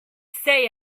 say